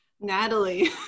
Natalie